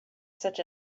such